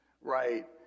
Right